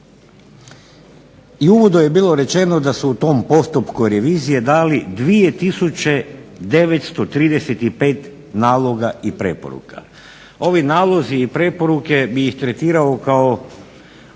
u uvodu je bilo rečeno da su u tom postupku revizije dali 2935 naloga i preporuka. Ovi nalozi i preporuke bi bi ih tretiralo kao